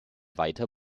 weiter